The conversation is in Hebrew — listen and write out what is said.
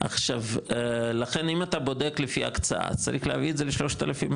לכן אם אתה בודק לפי הקצאה אז צריך להביא את זה ל-3,100,